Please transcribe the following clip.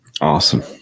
Awesome